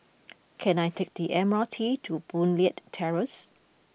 can I take the M R T to Boon Leat Terrace